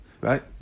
right